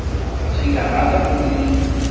ꯃꯁꯤꯡ ꯌꯥꯝꯃꯛꯑꯒꯕꯨꯗꯤ